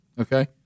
okay